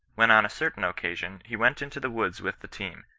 when on a certain occasion he went into the woods with the team,